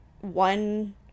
one